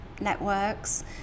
networks